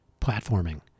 platforming